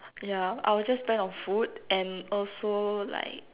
yeah I will just spend on food and also like